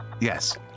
Yes